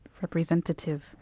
representative